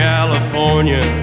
California